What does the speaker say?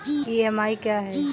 EMI क्या है?